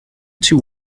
two